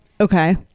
okay